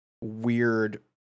weird